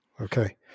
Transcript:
Okay